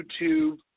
YouTube